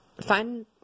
find